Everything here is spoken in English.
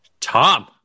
Tom